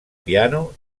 piano